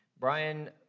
Brian